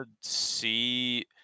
see